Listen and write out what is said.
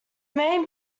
main